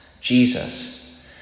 Jesus